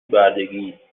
بردگی